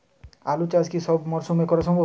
আলু চাষ কি সব মরশুমে করা সম্ভব?